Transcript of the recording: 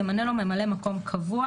ימנה לו ממלא מקום קבוע,